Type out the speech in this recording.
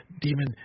demon